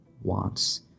wants